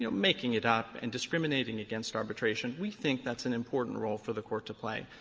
you know making it up and discriminating against arbitration, we think that's an important role for the court to play.